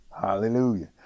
Hallelujah